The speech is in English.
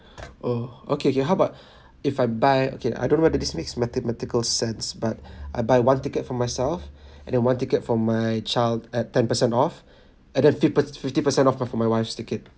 oh okay can how about if I buy okay I don't know whether this makes mathematical sense but I buy one ticket for myself and then one ticket for my child at ten percent off and that fifth per~ fifty percent off for my wife's ticket